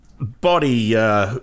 body